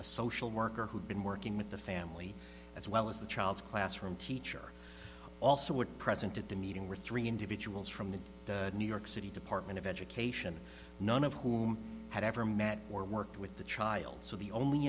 a social worker who'd been working with the family as well as the child's classroom teacher also were present at the meeting were three individuals from the new york city department of education none of whom had ever met or worked with the child so the only